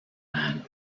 man